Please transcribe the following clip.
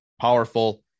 powerful